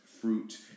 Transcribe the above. fruit